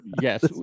Yes